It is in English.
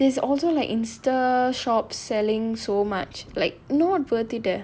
there's also like insta~ shops selling so much like not worth it eh